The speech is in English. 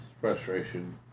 frustration